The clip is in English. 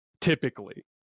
typically